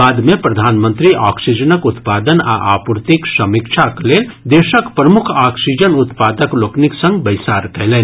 बाद मे प्रधान मंत्री ऑक्सीजनक उत्पादन आ आपूर्तिक समीक्षा लेल देशक प्रमुख ऑक्सीजन उत्पादक लोकनिक संग बैसार कयलनि